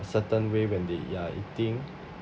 certain way when they are eating